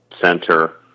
center